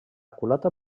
culata